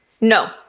No